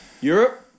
Europe